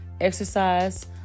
exercise